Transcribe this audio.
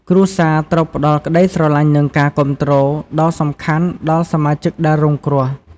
គ្រួសារត្រូវផ្ដល់ក្ដីស្រឡាញ់និងការគាំទ្រ ដ៏សំខាន់ដល់សមាជិកដែលរងគ្រោះ។